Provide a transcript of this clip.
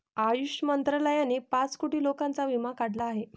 आयुष मंत्रालयाने पाच कोटी लोकांचा विमा काढला आहे